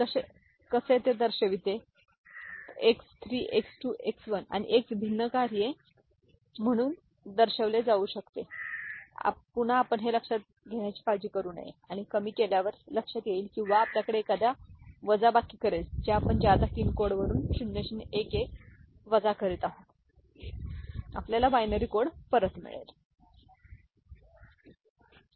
हे कसे ते दर्शविते की हे कसे आहे हे एक्स 3 एक्स 2 एक्स 1 आणि एक्स भिन्न कार्ये म्हणून दर्शविले जाऊ शकते पुन्हा आपण हे लक्षात घेण्याची काळजी करू नये आणि कमी केल्यावर लक्षात येईल किंवा आपल्याकडे एखादा वजाबाकी करेल जे आपण जादा 3 कोड वरून 0 0 1 1 वजा करीत आहोत आपल्याला बायनरी कोड परत मिळेल ठीक आहे